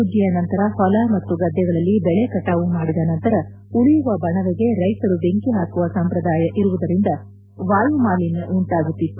ಸುಗ್ಗಿಯ ನಂತರ ಹೊಲ ಮತ್ತು ಗದ್ದೆಗಳಲ್ಲಿ ಬೆಳೆ ಕಟಾವು ಮಾಡಿದ ನಂತರ ಉಳಿಯುವ ಬಣವೆಗೆ ರೈತರು ಬೆಂಕಿ ಪಾಕುವ ಸಂಪ್ರದಾಯ ಇರುವುದರಿಂದ ವಾಯುಮಾಲಿನ್ಯ ಉಂಟಾಗುತ್ತಿತ್ತು